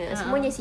a'ah